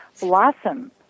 blossom